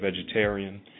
vegetarian